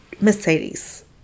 mercedes